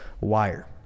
Wire